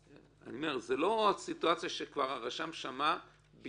ובזמן הזה גם יכול להיות מצב שהחייב כבר יודע שבוטלה